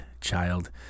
child